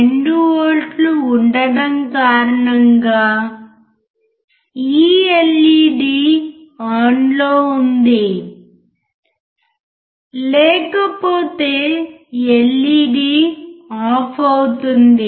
2 వోల్ట్ల ఉండడం కారణంగా ఈ ఎల్ఈడీ ఆన్ లో ఉంది లేకపోతే ఎల్ఈడీ ఆఫ్ అవుతుంది